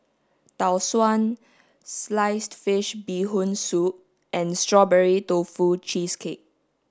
tau suan sliced fish bee hoon soup and strawberry tofu cheesecake